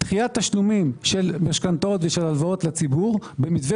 דחיית תשלומים של משכנתאות ושל הלוואות לציבור במתווה